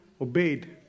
obeyed